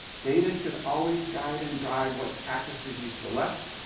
data should always guide and drive what practices you select.